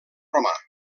romà